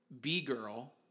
B-Girl –